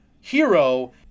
hero